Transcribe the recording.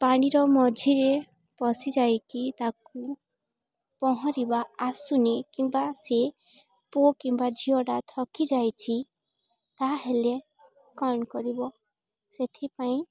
ପାଣିର ମଝିରେ ପସିିଯାଇକି ତାକୁ ପହଁରିବା ଆସୁନି କିମ୍ବା ସିଏ ପୁଅ କିମ୍ବା ଝିଅଟା ଥକିଯାଇଛି ତାହେଲେ କ'ଣ କରିବ ସେଥିପାଇଁ